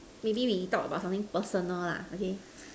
maybe we talk about something personal lah okay